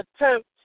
attempt